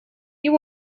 you